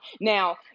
Now